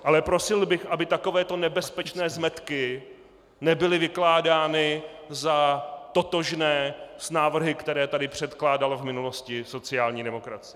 Ale prosil bych, aby takovéto nebezpečné zmetky nebyly vykládány za totožné s návrhy, které tady předkládala v minulosti sociální demokracie.